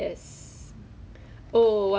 because I get to learn baking